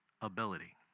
ability